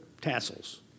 tassels